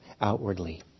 outwardly